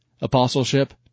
Apostleship